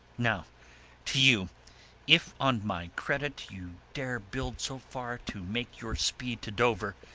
now to you if on my credit you dare build so far to make your speed to dover,